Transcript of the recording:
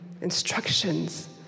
instructions